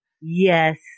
Yes